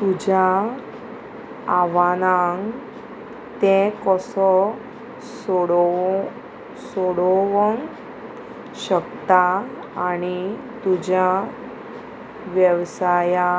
तुज्या आव्हानांक तें कसो सोडोव सोडोवंक शकता आणी तुज्या वेवसाया